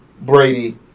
Brady